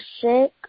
sick